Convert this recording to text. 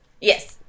Yes